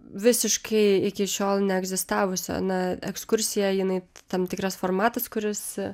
visiškai iki šiol neegzistavusio na ekskursija jinai tam tikras formatas kuris